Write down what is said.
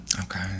okay